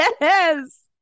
Yes